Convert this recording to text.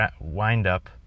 wind-up